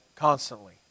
Constantly